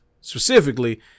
Specifically